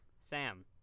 sam